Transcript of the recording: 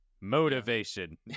motivation